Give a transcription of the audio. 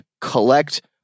collect